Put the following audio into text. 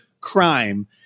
crime